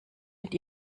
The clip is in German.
mit